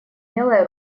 умелое